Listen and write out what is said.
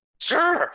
Sure